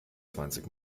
zwanzig